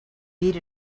beat